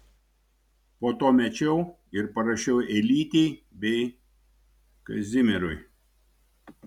po to mečiau ir parašiau elytei bei kazimierui